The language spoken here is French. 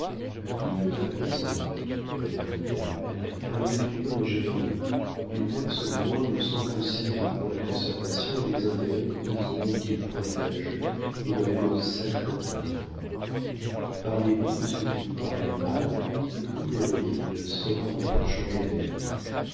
il le fallait sans doute répondit-elle car il est humain et généreux il verse le moins de sang possible pour la conservation et les intérêts du petit monde qu'il protége et de la cause sacrée qu'il défend parlez-lui de ce qui vous paraît mal et vous verrez qu'il saura vous faire changer d'avis